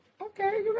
Okay